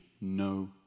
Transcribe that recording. no